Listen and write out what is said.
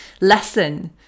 lesson